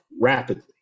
rapidly